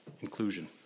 inclusion